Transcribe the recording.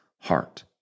heart